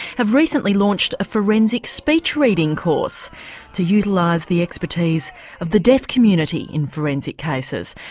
have recently launched a forensic speech reading course to utilise the expertise of the deaf community in forensic cases.